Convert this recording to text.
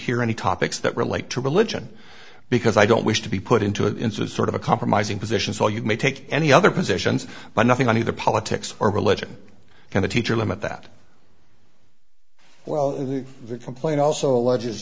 hear any topics that relate to religion because i don't wish to be put into in some sort of a compromising position so you may take any other positions but nothing on either politics or religion and the teacher lament that well your complaint also alleges